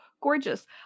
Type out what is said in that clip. gorgeous